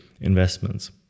investments